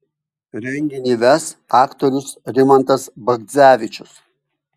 renginį ves aktorius rimantas bagdzevičius